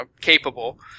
capable